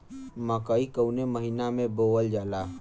मकई कवने महीना में बोवल जाला?